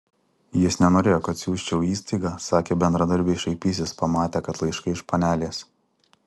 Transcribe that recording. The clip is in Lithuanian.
jis nenorėjo kad siųsčiau į įstaigą sakė bendradarbiai šaipysis pamatę kad laiškai iš panelės